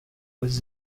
was